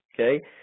okay